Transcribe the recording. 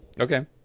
Okay